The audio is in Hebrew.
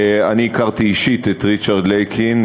אני הכרתי אישית את ריצ'רד לייקין.